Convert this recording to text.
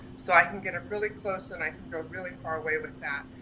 so i can get up really close. and i go really far away with that.